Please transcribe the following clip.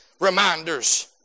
reminders